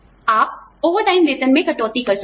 आप overtime वेतन में कटौती कर सकते हैं